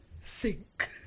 sink